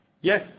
yes